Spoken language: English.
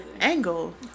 angle